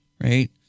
right